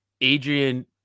Adrian